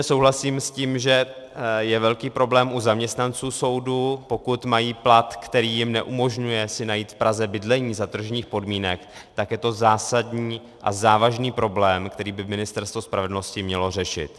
Souhlasím s tím, že je velký problém u zaměstnanců soudu, pokud mají plat, který jim neumožňuje si najít v Praze bydlení za tržních podmínek, tak je to zásadní a závažný problém, který by ministerstvo spravedlnosti mělo řešit.